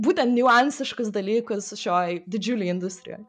būtent niuansiškus dalykus šioj didžiulėj industrijoj